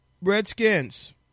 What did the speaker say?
Redskins